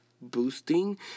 boosting